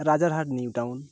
Rajarhat new town